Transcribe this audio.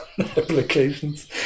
applications